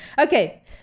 okay